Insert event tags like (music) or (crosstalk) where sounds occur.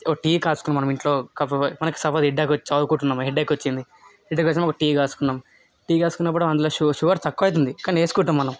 tea కాస్కోని మనం ఇంట్లో (unintelligible) మనకి సపోజ్ హెడేక్ వచ్చి చదువుకుంటున్నాం హెడేక్ వచ్చింది హెడేక్ వచ్చినప్పుడు టీ కాసుకున్నం టీ కాసుకున్నప్పుడు అందులో షు షుగర్ తక్కువైతుంది కానీ వేసుకుంటాం మనం